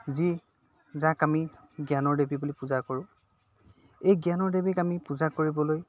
যি যাক আমি জ্ঞানৰ দেৱী বুলি পূজা কৰোঁ এই জ্ঞানৰ দেৱীক আমি পূজা কৰিবলৈ